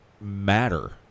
matter